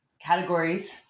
categories